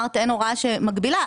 אמרת שאין הוראה שמגבילה,